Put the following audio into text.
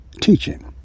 teaching